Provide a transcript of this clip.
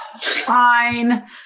Fine